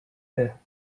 here